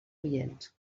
oients